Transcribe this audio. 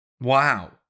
Wow